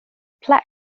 plaque